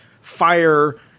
fire